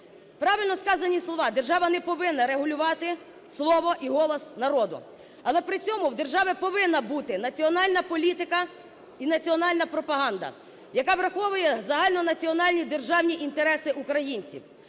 Правильно сказані слова: держава не повинна регулювати слово і голос народу. Але при цьому в держави повинна бути національна політика і національна пропаганда, яка враховує загальнонаціональні державні інтереси українців.